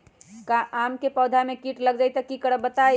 आम क पौधा म कीट लग जई त की करब बताई?